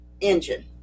engine